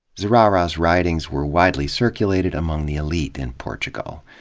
zurara's writings were wide ly circulated among the elite in portugal.